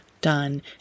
done